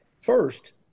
First